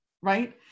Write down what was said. right